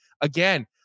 again